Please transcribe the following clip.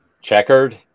checkered